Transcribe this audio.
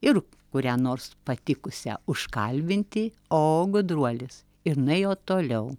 ir kurią nors patikusią užkalbinti o gudruolis ir nuėjo toliau